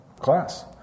class